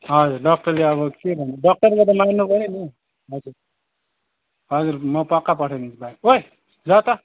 हजुर डाक्टरले अब के भन्नु डाक्टरको त मान्न पऱ्यो नि हौ हजुर हजुर म पक्का पठाइदिन्छु भाइ ओई जा त